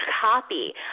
copy